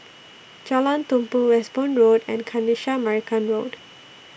Jalan Tumpu Westbourne Road and Kanisha Marican Road